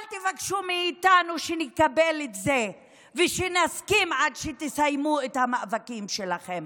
אל תבקשו מאיתנו שנקבל את זה ושנסכים עד שתסיימו את המאבקים שלכם.